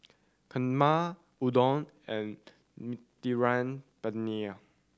Kheema Udon and Mediterranean Penne